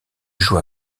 joue